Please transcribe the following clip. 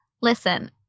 Listen